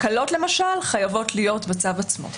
הקלות למשל חייבות להיות בצו עצמו.